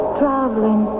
traveling